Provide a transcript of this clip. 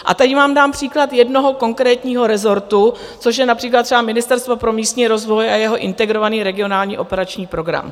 A teď vám dám příklad jednoho konkrétního rezortu, což je například třeba Ministerstvo pro místní rozvoj a jeho Integrovaný regionální operační program.